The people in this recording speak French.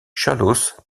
chalosse